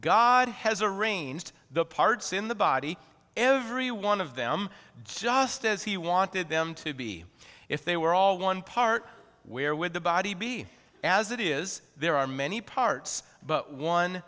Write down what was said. god has a arranged the parts in the body every one of them just as he wanted them to be if they were all one part where would the body be as it is there are many parts but one